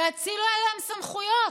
תאצילו להם סמכויות,